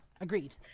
agreed